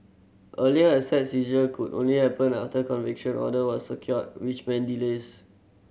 earlier asset seizure could only happen after conviction order was secured which meant delays